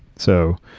so,